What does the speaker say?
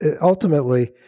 ultimately